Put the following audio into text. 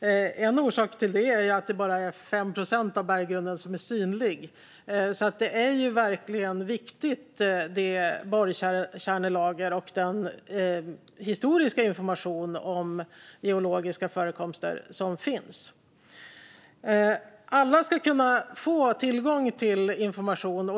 En orsak till det är att bara 5 procent av berggrunden är synlig. Det är alltså verkligen viktigt med det borrkärnelager och den historiska information om geologiska förekomster som finns. Alla ska kunna få tillgång till information.